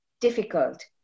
difficult